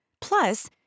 Plus